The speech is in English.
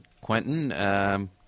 Quentin